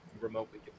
remotely